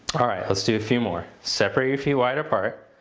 alright, let's do a few more. separate your feet wide apart.